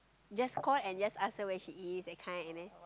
just call and just ask her where she is that kind and then